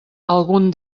algun